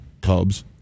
Cubs